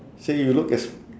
say you look as